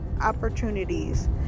opportunities